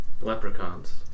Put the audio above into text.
leprechauns